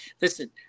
listen